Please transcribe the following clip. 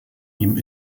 ihm